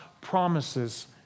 promises